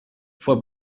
fue